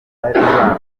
batari